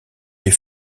les